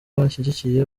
banshyigikiye